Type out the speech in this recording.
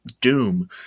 Doom